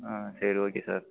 ஆ சரி okay sir